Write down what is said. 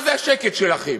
מה זה השקט שלכם?